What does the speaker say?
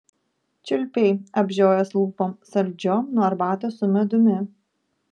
čiulpei apžiojęs lūpom saldžiom nuo arbatos su medumi